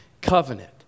Covenant